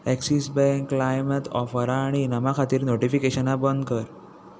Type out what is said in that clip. Axis bank लाइमेत offer आनी इनामां खातीर नोटीफिकेशना बंद कर